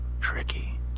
Tricky